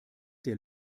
der